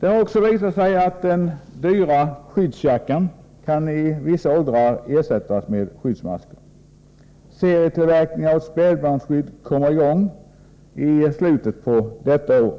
Det har också visat sig att den dyra skyddsjackan kan ersättas med skyddsmasker för barn i vissa åldrar. Serietillverkningen av spädbarnsskydd kommer vidare att inledas i slutet av detta år.